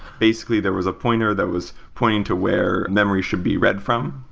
basically, there was a pointer that was pointing to where memory should be read from,